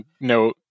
no